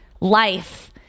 life